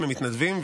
הם מתנדבים,